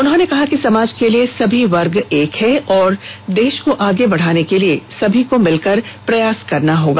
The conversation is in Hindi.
उन्होंने कहा कि समाज के लिए सभी वर्ग एक हैं और देश को आगे बढ़ाने के लिए सबको मिलकर प्रयास करना चाहिए